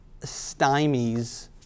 stymies